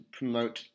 promote